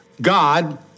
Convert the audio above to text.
God